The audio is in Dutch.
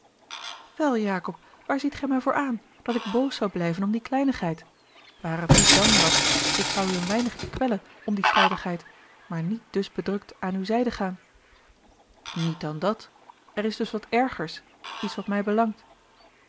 wel jacob waar ziet gij mij voor aan dat ik boos zou blijven om die kleinigheid ware t niet dan dat ik zou u een weinigje kwellen om die stoutigheid maar niet dus bedrukt aan uwe zijde gaan niet dan dat er is dus wat ergers iets wat mij belangt